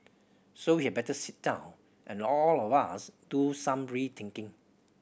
so we had better sit down and all of us do some rethinking